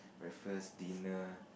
breakfast dinner